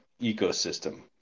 ecosystem